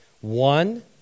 One